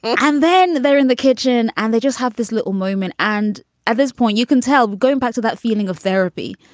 and then they're in the kitchen and they just have this little moment. and at this point, you can tell. going back to that feeling of therapy.